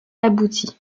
aboutit